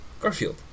Garfield